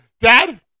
Dad